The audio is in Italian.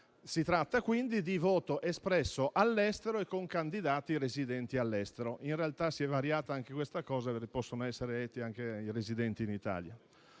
Si tratta, quindi, di voto espresso all'estero e con candidati residenti all'estero. In realtà, si è variata anche questa cosa, perché possono essere eletti anche i residenti in Italia.